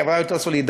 חברה יותר סולידרית,